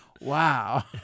wow